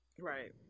Right